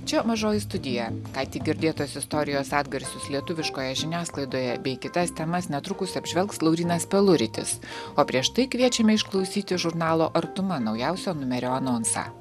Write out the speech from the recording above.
čia mažoji studija ką tik girdėtos istorijos atgarsius lietuviškoje žiniasklaidoje bei kitas temas netrukus apžvelgs laurynas peluritis o prieš tai kviečiame išklausyti žurnalo artuma naujausio numerio anonsą